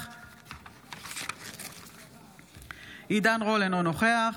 נוכח שמחה רוטמן, אינו נוכח עידן רול, אינו נוכח